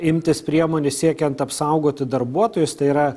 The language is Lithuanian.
imtis priemonių siekiant apsaugoti darbuotojus tai yra